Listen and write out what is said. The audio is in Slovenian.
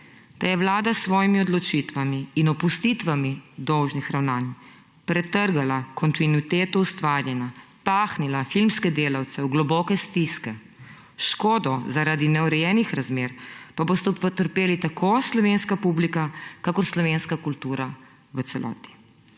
da je Vlada s svojimi odločitvami in opustitvami dolžnih ravnanj pretrgala kontinuiteto ustvarjanja, pahnila filmske delavce v globoke stiske, škodo, zaradi neurejenih razmer pa boste utrpeli tako slovenska publika kakor slovenska kultura v celoti.«